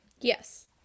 Yes